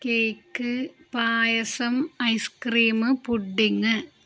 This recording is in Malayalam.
cake payasam ice cream pudding